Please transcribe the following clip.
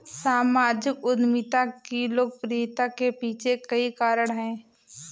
सामाजिक उद्यमिता की लोकप्रियता के पीछे कई कारण है